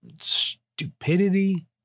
stupidity